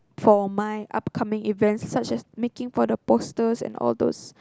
for my upcoming events such as making for the posters and all those